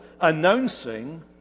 announcing